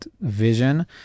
vision